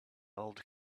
old